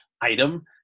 item